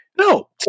no